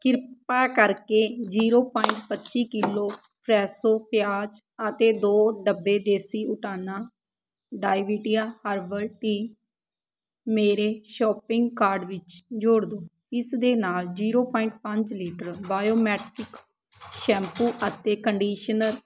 ਕਿਰਪਾ ਕਰਕੇ zero point ਪੱਚੀ ਕਿੱਲੋ ਫਰੈਸ਼ੋ ਪਿਆਜ਼ ਅਤੇ ਦੋ ਡੱਬੇ ਦੇਸੀ ਊਟਾਨਾ ਡਾਇਬਟੀਆ ਹਰਬਲ ਟੀ ਮੇਰੇ ਸ਼ੋਪਿੰਗ ਕਾਰਟ ਵਿੱਚ ਜੋੜ ਦਿਉ ਇਸ ਦੇ ਨਾਲ ਜ਼ੀਰੋ ਪੁਆਇੰਟ ਪੰਜ ਲੀਟਰ ਬਾਇਓਮੇਟਿਕ ਸ਼ੈਂਪੂ ਅਤੇ ਕੰਡੀਸ਼ਨਰ